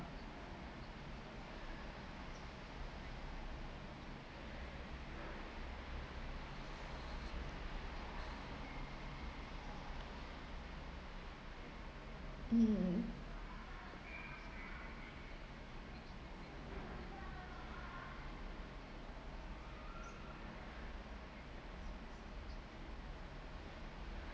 mm